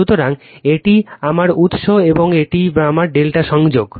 সুতরাং এটি আমার উত্স এবং এটি আমার ∆ সংযোগ